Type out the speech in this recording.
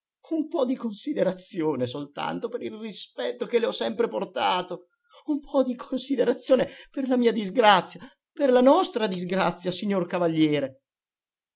un po di considerazione soltanto per il rispetto che le ho sempre portato un po di considerazione per la mia disgrazia per la nostra disgrazia signor cavaliere